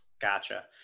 Gotcha